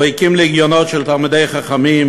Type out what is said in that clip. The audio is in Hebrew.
הוא הקים לגיונות של תלמידי חכמים,